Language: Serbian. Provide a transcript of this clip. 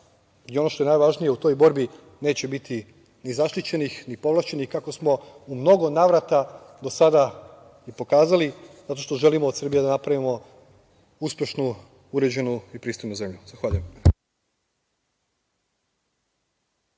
i ono što je najvažnije u toj borbi neće biti ni zaštićenih, ni povlašćenih kako smo u mnogo navrata do sada i pokazali, zato što želimo od Srbije da napravimo uspešnu, uređenu i pristojnu zemlju. Zahvaljujem.